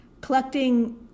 collecting